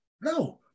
No